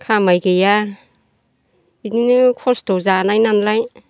खामाय गैया बिदिनो खस्थ' जानाय नालाय